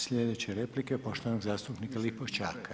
Sljedeća replika je poštovanog zastupnika Lipošćaka.